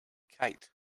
kite